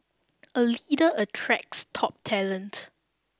a leader attracts top talent